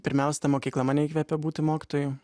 pirmiausia ta mokykla mane įkvepia būti mokytoju